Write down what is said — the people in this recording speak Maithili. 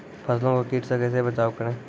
फसलों को कीट से कैसे बचाव करें?